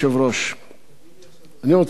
אני רוצה לומר כמה מלים לגבי אסיר.